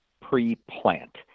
pre-plant